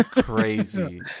crazy